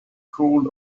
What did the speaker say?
called